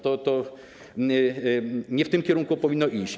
To nie w tym kierunku powinno iść.